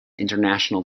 international